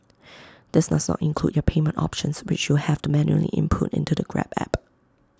this does not include your payment options which you'll have to manually input into the grab app